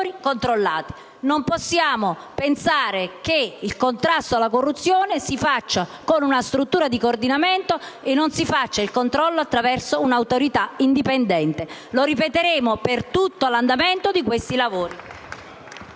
Non possiamo pensare che il contrasto alla corruzione lo si faccia con una struttura di coordinamento e non lo si faccia attraverso un'Autorità indipendente: lo ripeteremo per tutto l'andamento di questi lavori.